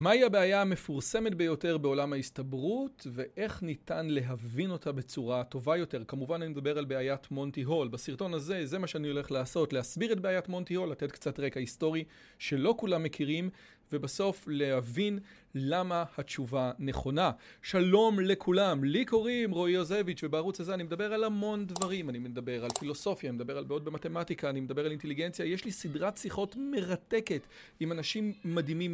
מהי הבעיה המפורסמת ביותר בעולם ההסתברות, ואיך ניתן להבין אותה בצורה הטובה יותר? כמובן אני מדבר על בעיית מונטי הול. בסרטון הזה זה מה שאני הולך לעשות, להסביר את בעיית מונטי הול, לתת קצת רקע היסטורי שלא כולם מכירים, ובסוף להבין למה התשובה נכונה. שלום לכולם, לי קוראים רועי יוזביץ', ובערוץ הזה אני מדבר על המון דברים, אני מדבר על פילוסופיה, אני מדבר על בעיות במתמטיקה, אני מדבר על אינטליגנציה, ויש לי סדרת שיחות מרתקת עם אנשים מדהימים.